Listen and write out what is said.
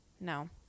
No